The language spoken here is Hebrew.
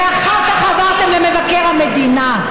ואחר כך עברתם למבקר המדינה,